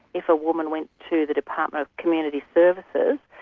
if a woman went to the department of community services,